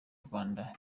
rwanda